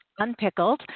Unpickled